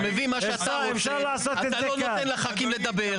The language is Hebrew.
אתה מביא מה שאתה רוצה, אתה לא נותן לח"כים לדבר.